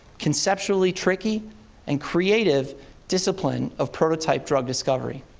conceptually tricky and creative discipline of prototype drug discovery.